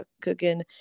cooking